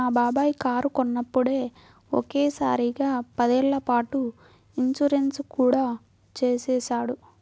మా బాబాయి కారు కొన్నప్పుడే ఒకే సారిగా పదేళ్ళ పాటు ఇన్సూరెన్సు కూడా చేసేశాడు